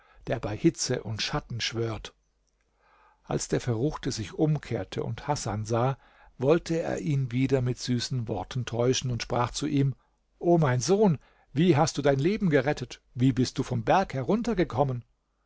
der bei hitze und schatten schwört als der verruchte sich umkehrte und hasan sah wollte er ihn wieder mit süßen worten täuschen und sprach zu ihm o mein sohn wie hast du dein leben gerettet wie bist du vom berg heruntergekommen